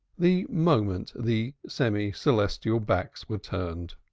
the moment the semi-celestial backs were turned.